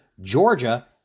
Georgia